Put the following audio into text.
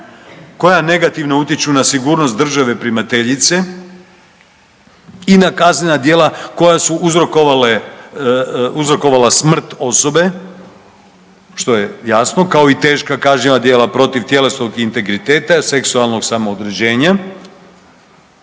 koja negativno utječu na sigurnost države primateljice i na kaznena djela koja su uzrokovala smrt osobe, što je jasno, kao i teška kažnjiva djela protiv tjelesnog integriteta, seksualnog samoodređenja,